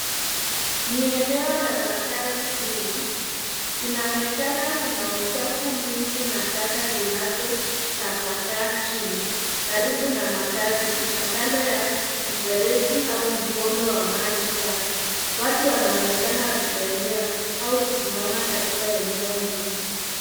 Ni eneo la makazi duni. Inaonekana kuna uchafu mwingi na taka zinazotapakaa chini karibu na makazi, na kando ya mfereji au mkondo wa maji chafu. Watu wanaonekana wakitembea au kusimama katika eneo hilo.